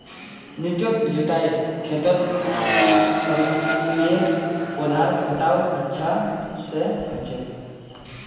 निचोत जुताईर खेतत शलगमेर पौधार फुटाव अच्छा स हछेक